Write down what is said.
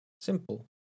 Simple